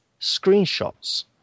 screenshots